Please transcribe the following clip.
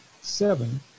seven